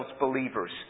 believers